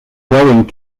going